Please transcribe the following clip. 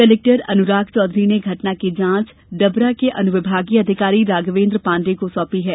collector Anurag Chaudhary ने घटना की जाँच डबरा के अनुविभागीय अधिकारी राघवेन्द्र पाण्डेय को सौंपी है